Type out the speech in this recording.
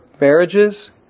marriages